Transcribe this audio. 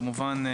כמובן,